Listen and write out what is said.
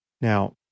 Now